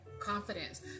confidence